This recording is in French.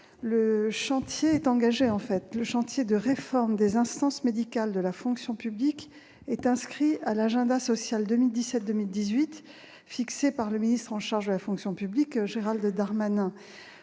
Le chantier de réforme des instances médicales de la fonction publique est engagé ; il est inscrit à l'agenda social 2017-2018 fixé par le ministre chargé de la fonction publique, Gérald Darmanin.